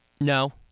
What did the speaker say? No